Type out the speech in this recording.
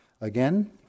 again